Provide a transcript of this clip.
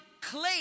claim